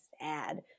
sad